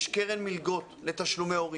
יש קרן מלגות לתשלומי הורים.